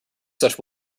such